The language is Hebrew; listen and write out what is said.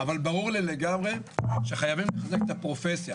אבל ברור לי לגמרי שחייבים לחזק את הפרופסיה,